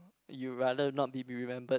you rather not be remembered